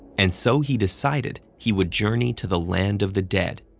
and so he decided he would journey to the land of the dead,